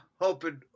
hoping